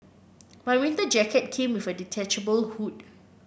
my winter jacket came with a detachable hood